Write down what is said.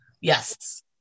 Yes